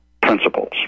principles